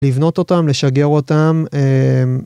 לבנות אותם, לשגר אותם.